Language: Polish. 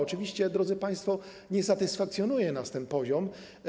Oczywiście, drodzy państwo, nie satysfakcjonuje nas ten poziom.